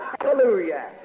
Hallelujah